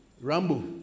rambo